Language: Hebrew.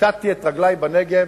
כיתתי את רגלי בנגב,